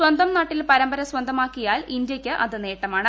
സ്വന്തം നാട്ടിൽ പരമ്പര സ്വന്തമാക്കിയാൽ ഇന്ത്യയ്ക്ക് അ്ത് നെട്ടമാണ്